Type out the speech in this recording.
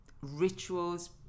rituals